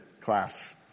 class